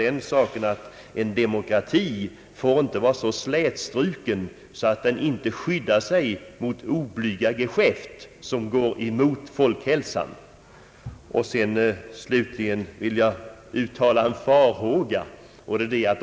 En demokrati får inte vara så slätstruken att den inte skyddar sig mot geschäft som hotar folkhälsan.